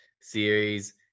series